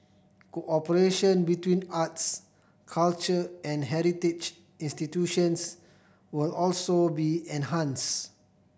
cooperation between arts culture and heritage institutions will also be enhanced